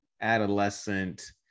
adolescent